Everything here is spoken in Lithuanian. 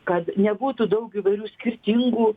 kad nebūtų daug įvairių skirtingų